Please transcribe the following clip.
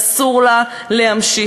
אסור לה להימשך.